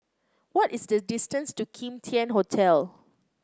what is the distance to Kim Tian Hotel